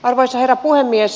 arvoisa herra puhemies